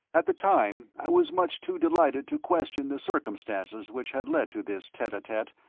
at the time i was much too delighted to question the circumstances which had led to this tete-a-tete,